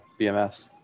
BMS